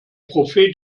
prophet